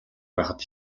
байхад